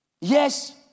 Yes